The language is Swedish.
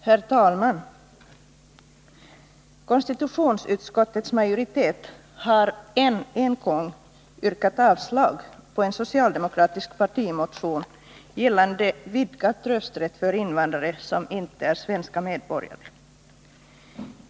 Herr talman! Konstitutionsutskottets majoritet har än en gång yrkat avslag på en socialdemokratisk partimotion gällande vidgad rösträtt för invandrare som inte är svenska medborgare.